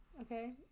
Okay